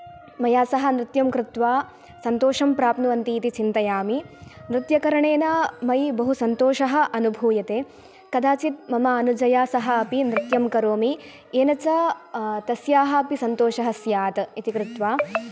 मया सह नृत्यं कृत्वा सन्तोषं प्राप्नुवन्ति इति चिन्तयामि नृत्यकरणेन मयि बहु सन्तोषः अनुभूयते कदाचित् मम अनुजया सह अपि नृत्यं करोमि येन च तस्याः अपि सन्तोषः स्यात् इति कृत्वा